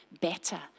better